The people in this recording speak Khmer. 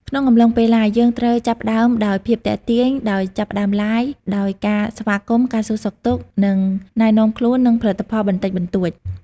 ក្នុងអំឡុងពេល Liveយើងត្រូវចាប់ផ្តើមដោយភាពទាក់ទាញ ដោយចាប់ផ្តើម Live ដោយការស្វាគមន៍ ការសួរសុខទុក្ខ និងណែនាំខ្លួន និងផលិតផលបន្តិចបន្តួច។